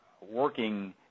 working